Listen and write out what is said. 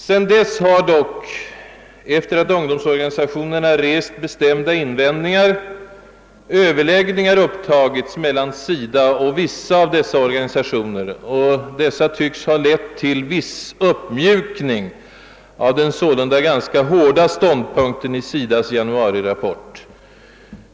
Sedan dess har dock — efter det att ungdomsorganisationerna rest bestämda invändningar — överläggningar upptagits mellan SIDA och vissa av dessa organisationer och dessa kontakter tycks ha lett till viss uppmjukning av den sålunda ganska hårda ståndpunkten i SIDA:s januarirapport.